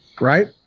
right